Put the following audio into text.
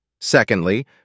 Secondly